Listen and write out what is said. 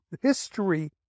history